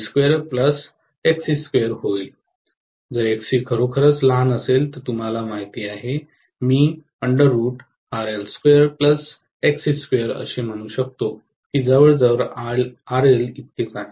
जर XC खरोखरच लहान असेल तर तुम्हाला माहिती आहे मी असे म्हणू शकतो की जवळजवळ RL इतकेच आहे